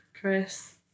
chris